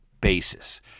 basis